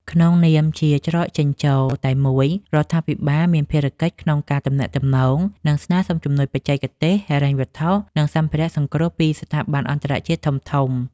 ក្នុងនាមជាច្រកចេញចូលតែមួយ រដ្ឋាភិបាលមានភារកិច្ចក្នុងការទំនាក់ទំនង និងស្នើសុំជំនួយបច្ចេកទេស ហិរញ្ញវត្ថុ និងសម្ភារៈសង្គ្រោះពីស្ថាប័នអន្តរជាតិធំៗ។